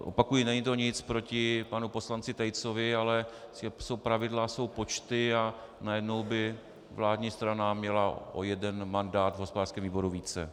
Opakuji, není to nic proti panu poslanci Tejcovi, ale jsou pravidla a jsou počty a najednou by vládní strana měla o jeden mandát v hospodářském výboru více.